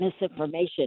misinformation